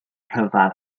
rhyfedd